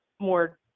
more